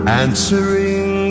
answering